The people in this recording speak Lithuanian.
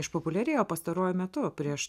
išpopuliarėjo pastaruoju metu prieš